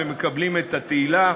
הם מקבלים את התהילה והבולטות.